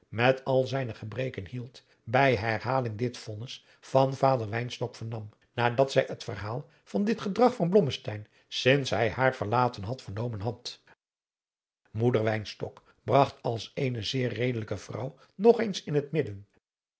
met al zijne gebreken hield bij herhaling dit vonnis van vader wynstok vernam nadat zij het verhaal van dit gedrag van blommesteyn sinds hij haar verlaten had vernomen had moeder wynstok bragt als eene zeer redelijke vrouw nog eens in het midden